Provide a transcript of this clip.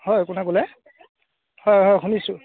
হয় কোনে ক'লে হয় হয় শুনিছোঁ